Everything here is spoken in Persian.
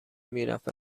میرفت